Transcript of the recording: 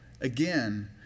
Again